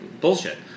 Bullshit